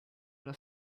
una